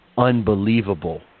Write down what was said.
Unbelievable